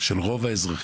של רוב האזרחים.